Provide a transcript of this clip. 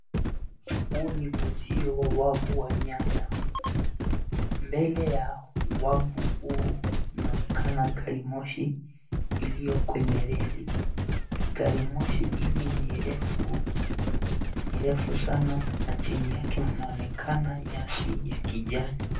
Huu ni uzio wa wavu wa nyaya. Mbele ya wavu huu inaonekana gari moshi iliyo kwenye reli. Gari moshi hili ni refu sana na chini yake mnaonekana nyasi ya kijani.